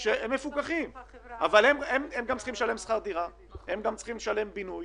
הם צריכים לשלם שכר דירה, הם צריכים לשלם בינוי,